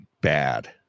bad